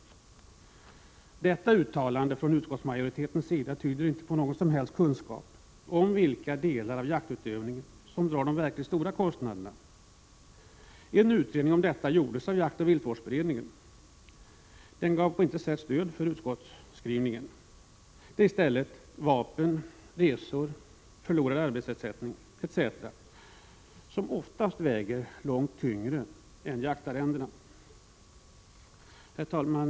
Detta uttalande från utskottsmajoritetens sida tyder inte på någon som helst kunskap om vilka delar av jaktutövningen som drar de verkligt stora kostnaderna. En utredning om detta gjordes av jaktoch viltvårdsberedningen. Den ger på intet sätt stöd åt utskottsskrivningen. Vapen, resor, förlorad arbetsersättning etc. väger oftast långt tyngre än jaktarrendena. Herr talman!